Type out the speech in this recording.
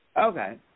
Okay